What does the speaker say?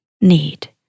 need